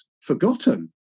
forgotten